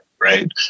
Right